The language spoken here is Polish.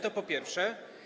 To po pierwsze.